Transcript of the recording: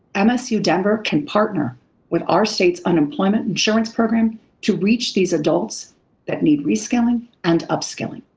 ah msu denver can partner with our state's unemployment insurance program to reach these adults that need rescaling and upscaling.